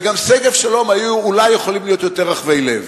וגם שגב-שלום אולי היו יכולים להיות יותר רחבי לב.